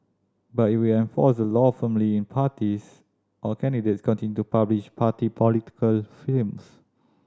but it will enforce the law firmly if parties or candidates continue to publish party political films